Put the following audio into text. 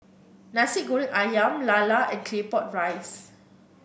Nasi Goreng ayam lala and Claypot Rice